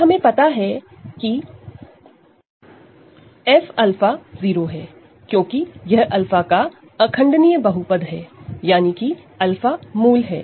अब हमें पता है की की f𝛂0 है क्योंकि यह 𝛂 का इररेडूसिबल पॉलीनॉमिनल है यानी कि 𝛂 रूट है